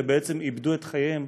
ובעצם איבדו את חייהם,